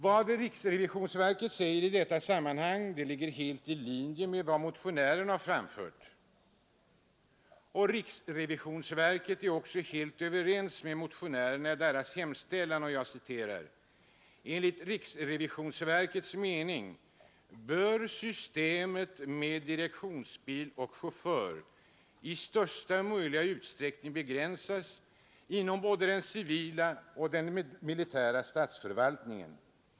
Vad verket säger i detta sammanhang ligger helt i linje med vad motionärerna har framfört, och man är också helt överens med motionärerna i deras hemställan. I sitt remissyttrande över motionen anför verket att systemet med direktionsbil och chaufför i största möjliga utsträckning bör begränsas inom både den civila och den militära statsförvaltningen.